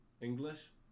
english